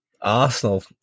Arsenal